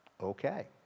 okay